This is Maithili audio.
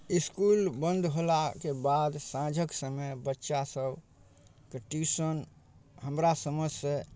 इस्कुल बन्द होलाके बाद साँझक समय बच्चा सभके ट्यूशन हमरा समझसँ